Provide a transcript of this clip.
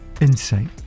insight